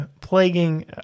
plaguing